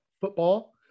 football